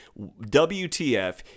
WTF